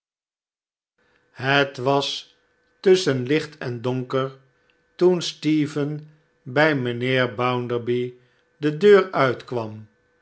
het was tusschen licht en donker toen stephen bij mijnheer bounderby de deur uitkwam